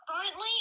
Currently